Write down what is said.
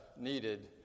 needed